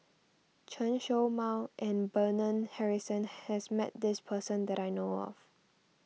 Chen Show Mao and Bernard Harrison has met this person that I know of